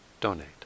donate